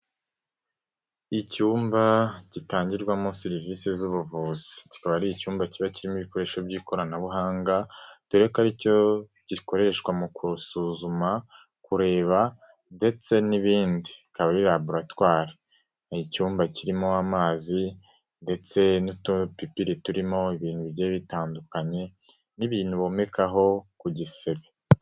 Icyumba gitangirwamo serivise z'ubuvuzi. Kikaba ari icyumba kiba kirimo ibikoresho by'ikoranabuhanga, dore ko aricyo gikoreshwa mu gusuzuma, kureba ndetse n'ibindi, akaba ari raburatwari. Ni icyumba kirimo amazi ndetse n'udupipiri turimo ibintu bigiye bitandukanye n'ibintu bomekaho ku gisebe.